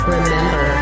Remember